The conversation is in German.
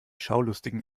schaulustigen